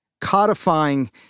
codifying